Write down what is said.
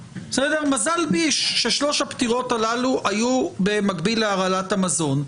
מזל ביש ששלוש הפטירות הללו היו במקביל להרעלת המזון,